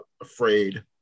afraid